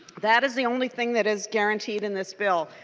that is the only thing that is guaranteed in this bill.